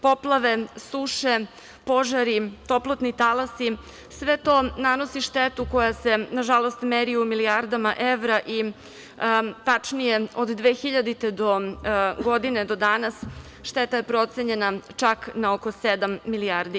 Poplave, suše, požari, toplotni talasi, sve to nanosi štetu koja se, nažalost, meri u milijardama evra i tačnije od 2000. godine do danas šteta je procenjena čak na oko 7.000.000.000 evra.